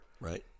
Right